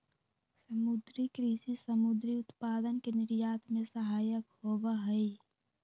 समुद्री कृषि समुद्री उत्पादन के निर्यात में सहायक होबा हई